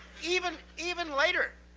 even even later,